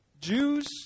Jews